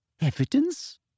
Evidence